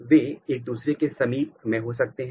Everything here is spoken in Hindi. वे एक दूसरे के समीप में हो सकते हैं